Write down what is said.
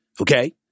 Okay